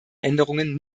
änderungen